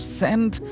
send